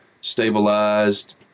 stabilized